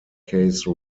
case